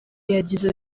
yagize